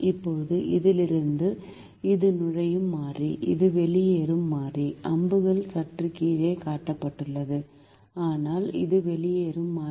இப்போது இதிலிருந்து இது நுழையும் மாறி இது வெளியேறும் மாறி அம்புகள் சற்று கீழே காட்டப்பட்டுள்ளது ஆனால் இது வெளியேறும் மாறி